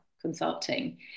consulting